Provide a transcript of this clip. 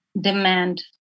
demand